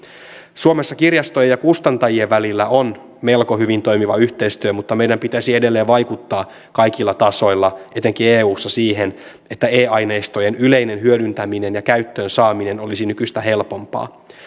suomessa kirjastojen ja kustantajien välillä on melko hyvin toimiva yhteistyö mutta meidän pitäisi edelleen vaikuttaa kaikilla tasoilla etenkin eussa siihen että e aineistojen yleinen hyödyntäminen ja käyttöön saaminen olisi nykyistä helpompaa